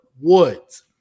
Woods